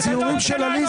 לא,